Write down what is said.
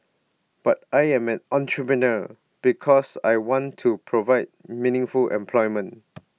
but I'm an entrepreneur because I want to provide meaningful employment